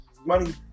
Money